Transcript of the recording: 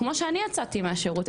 כמו שאני יצאתי מהשירות,